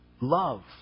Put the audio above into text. love